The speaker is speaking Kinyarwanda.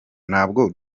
ntabwo